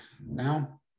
now